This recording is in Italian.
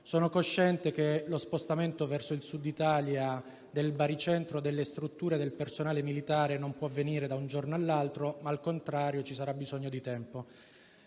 Sono cosciente che lo spostamento verso il Sud d'Italia del baricentro delle strutture del personale militare non può avvenire da un giorno all'altro, ma al contrario ci sarà bisogno di tempo.